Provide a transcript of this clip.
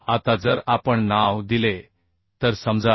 आता जर आपण नाव दिले तर समजा ए